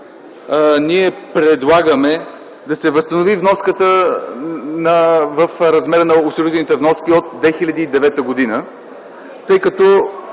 ние предлагаме да се възстанови вноската в размера на осигурителните вноски от 2009 г., тъй като